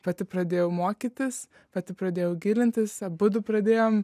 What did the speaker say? pati pradėjau mokytis pati pradėjau gilintis abudu pradėjom